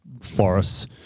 forests